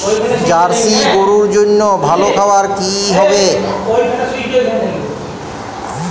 Jersey গরুর জন্য ভালো খাবার কি হবে?